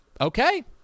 okay